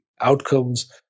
outcomes